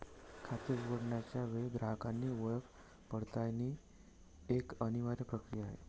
खाते उघडण्याच्या वेळी ग्राहकाची ओळख पडताळण्याची एक अनिवार्य प्रक्रिया आहे